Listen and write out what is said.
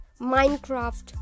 Minecraft